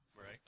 Right